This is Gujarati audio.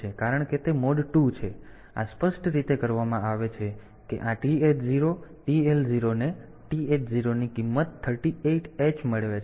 તેથી આ સ્પષ્ટ રીતે કરવામાં આવે છે કે આ TH0 TL0 ને TH0 ની કિંમત 38 h મેળવે છે